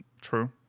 True